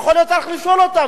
ויכול להיות שצריך לשאול אותם.